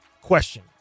question